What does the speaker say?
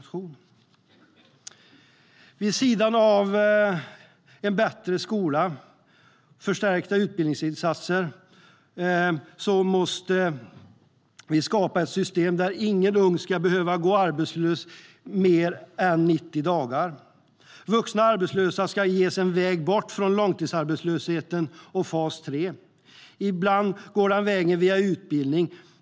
Vid sidan av en bättre skola och förstärkta utbildningsinsatser måste vi skapa ett system där ingen ung människa ska behöva gå arbetslös i mer än 90 dagar. Vuxna arbetslösa ska ges en väg bort från långtidsarbetslöshet och fas 3. Ibland går den vägen via utbildning.